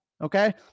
Okay